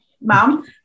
Mom